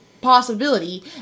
possibility